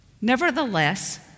Nevertheless